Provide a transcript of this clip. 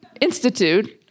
Institute